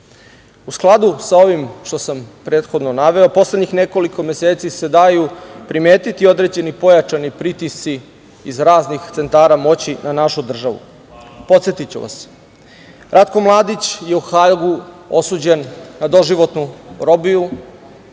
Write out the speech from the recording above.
skladu sa ovim što sam prethodno naveo, poslednjih nekoliko meseci se daju primetiti određeni pojačani pritisci iz raznih centara moći na našu državu. Podsetiću vas: Ratko Mladić je u Hagu osuđen na doživotnu robiju,